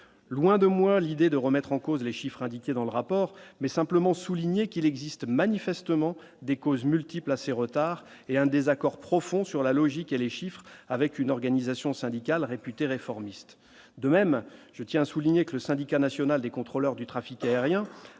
loin de moi l'idée de remettre en cause les chiffres indiqués dans le rapport, mais simplement souligner qu'il existe manifestement des causes multiples à ces retards et un désaccord profond sur la logique et les chiffres avec une organisation syndicale réputé réformiste de même, je tiens à souligner que le Syndicat national des contrôleurs du trafic aérien